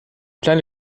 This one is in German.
kleine